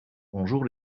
bonjour